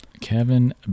Kevin